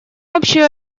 общую